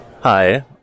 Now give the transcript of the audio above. Hi